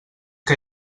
que